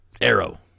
Arrow